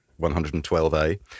112A